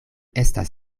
estas